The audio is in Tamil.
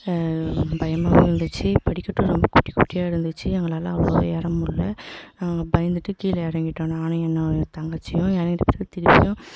பயமாகவும் இருந்துச்சு படிக்கட்டும் ரொம்ப குட்டி குட்டியாக இருந்துச்சு எங்களால் அவ்வளோவா ஏறமுடியல நாங்கள் பயந்துட்டு கீழே இறங்கிட்டோம் நானும் என்னோடய தங்கச்சியும் இறங்கிட்ட பிறகு திருப்பியும்